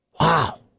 Wow